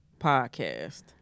podcast